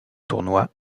tournois